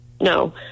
no